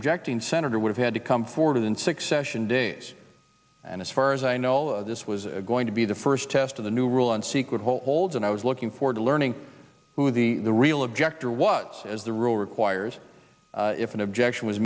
objecting senator would have had to come forward in six session days and as far as i know this was going to be the first test of the new rule on secret holds and i was looking forward to learning who the real objector was as the rule requires if an objection was